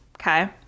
okay